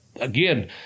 again